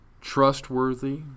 trustworthy